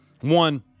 One